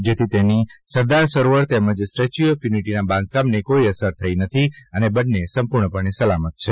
જેથી તેની સરદાર સરોવર તેમજ સ્ટેચ્યુ ઓફ યુનિટીના બાંધકામને કોઇ અસર થાય તેમ નથી અને બંને સંપૂર્ણ સલામત છે